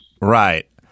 Right